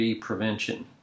Prevention